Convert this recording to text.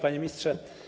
Panie Ministrze!